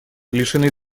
лишены